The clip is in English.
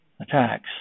attacks